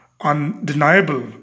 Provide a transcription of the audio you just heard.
undeniable